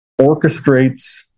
orchestrates